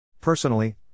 Personally